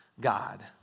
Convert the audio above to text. God